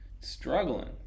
Struggling